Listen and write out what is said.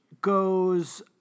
goes